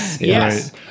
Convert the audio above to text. yes